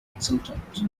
exultant